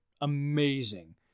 Amazing